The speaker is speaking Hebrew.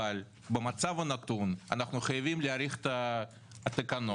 אבל במצב הנתון אנחנו חייבים להאריך את החוק.